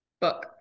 Book